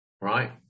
right